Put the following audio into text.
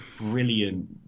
brilliant